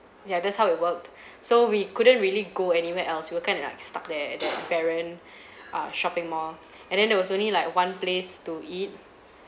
ya that's how it worked so we couldn't really go anywhere else we were kind of like stuck there at that barren uh shopping mall and then there was only like one place to eat